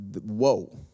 Whoa